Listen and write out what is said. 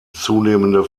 zunehmende